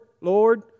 Lord